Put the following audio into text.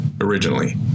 Originally